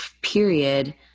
period